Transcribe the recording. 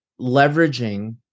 leveraging